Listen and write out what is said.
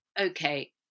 okay